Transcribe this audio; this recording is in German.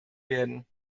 werden